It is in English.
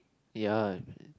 ya